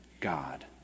God